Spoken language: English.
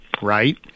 right